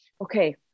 okay